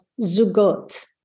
zugot